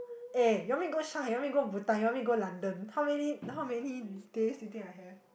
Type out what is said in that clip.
eh you want me go Shanghai you want me go Bhutan you want me go London how many how many days you think I have